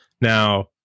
now